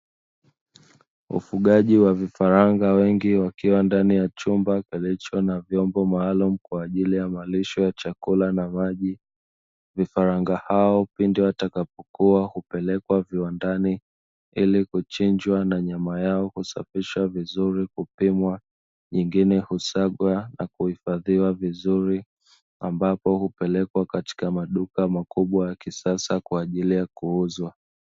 Ufugaji wa vifaranga wengi wakiw ndani ya chombo kilicho na vyombo maalumu kwa ajili ya marisho ya chakula na maji, vifaranga hao pindi watakapokua hupelekwa viwandani ili kuchinjwa na nyama yao kusafishwa vizuri, kupimwa nyingine husagwa na kuhifadhiwa vizuri ambapo hupelekwa katika maduka makubwa ya kisasa kwa ajili ya kuuzwa.